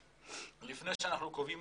לפני שאנחנו קובעים